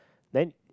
then